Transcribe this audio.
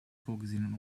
vorgesehenen